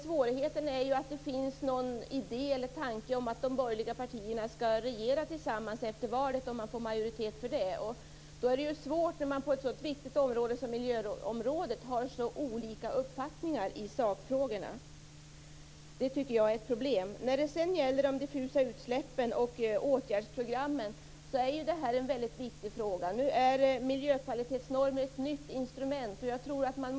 Svårigheten är att det finns en idé eller tanke om att de borgerliga partierna skall regera tillsammans efter valet om de får majoritet för det. Det är svårt om man har så olika uppfattningar i sakfrågorna på ett så viktig område som miljöområdet. Det tycker jag är ett problem. Frågan om de diffusa utsläppen och åtgärdsprogrammen är väldigt viktig. Miljökvalitetsnormer är ett nytt instrument.